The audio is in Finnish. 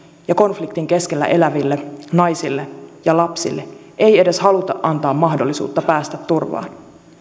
ja konfliktin keskellä eläville naisille ja lapsille ei edes haluta antaa mahdollisuutta päästä turvaan